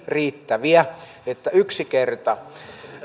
riittäviä eli yksi kerta